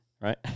right